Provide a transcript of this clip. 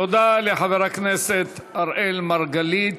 תודה לחבר הכנסת אראל מרגלית.